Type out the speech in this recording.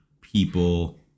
people